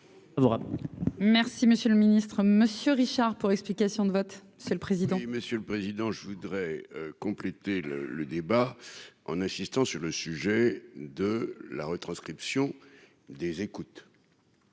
Merci monsieur le ministre monsieur Richard pour explication de vote. C'est le président, Monsieur le Président, je voudrais compléter le le débat en insistant sur le sujet de la retranscription des écoutes,